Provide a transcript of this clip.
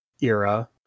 era